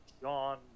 John